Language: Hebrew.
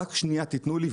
רק שנייה תנו לי,